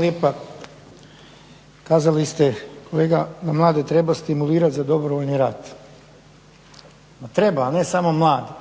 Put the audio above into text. lijepa. Kazali ste kolega da mlade treba stimulirati za dobrovoljni rad. Ma treba, ali ne samo mlade.